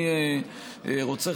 אני רוצה,